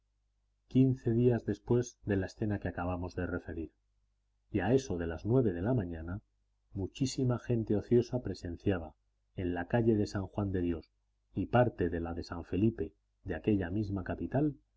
quince días después de la escena que acabamos de referir y a eso de las nueve de la mañana muchísima gente ociosa presenciaba en la calle de san juan de dios y parte de la de san felipe de aquella misma capital